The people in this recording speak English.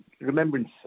remembrance